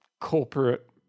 corporate